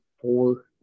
Four